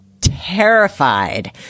terrified